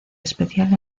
especial